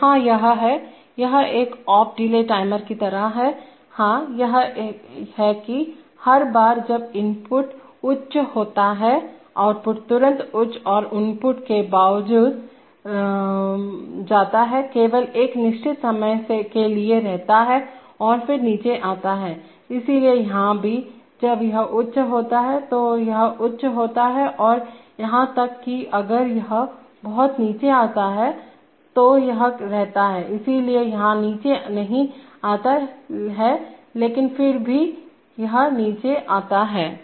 तो यहाँ यह हैयह एक ऑफ डिले टाइमर की तरह है हाँयह है कि हर बारजब इनपुट उच्च जाता है आउटपुट तुरंत उच्च और इनपुट के बावजूद जाता है केवल एक निश्चित समय के लिए रहता है और फिर नीचे आता है इसलिए यहां भी जब यह उच्च होता है तो यह उच्च होता है और यहां तक कि अगर यह बहुत नीचे आता है तो यह रहता है इसलिए यहां नीचे नहीं आता है लेकिन फिर भी यह नीचे आता है